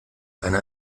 einer